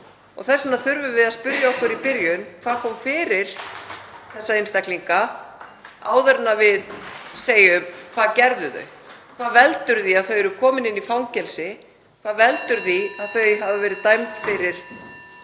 og þess vegna þurfum við að spyrja okkur í byrjun hvað komið hafi fyrir þessa einstaklinga áður en við segjum: Hvað gerðu þau? Hvað veldur því að þau séu komin í fangelsi? Hvað veldur því að þau hafi verið dæmd fyrir